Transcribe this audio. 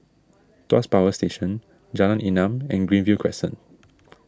Tuas Power Station Jalan Enam and Greenview Crescent